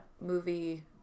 movie